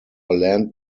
land